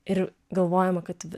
ir galvojama kad